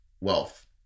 wealth